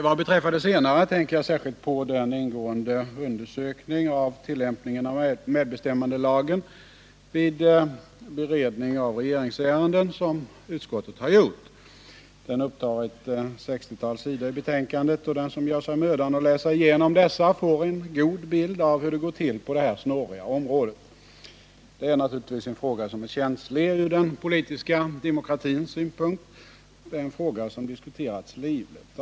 Vad beträffar den senare saken tänker jag särskilt på den ingående undersökning av tillämpningen av medbestämmandelagen vid beredning av regeringsärenden som utskottet har gjort. Den upptar ett sextiotal sidor i betänkandet, och den som gör sig mödan att läsa igenom dessa får en god bild av hur det går till på det här snåriga området. Detta är naturligtvis en fråga som är känslig ur den politiska demokratins synpunkt och en fråga som diskuterats livligt.